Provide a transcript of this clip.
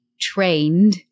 trained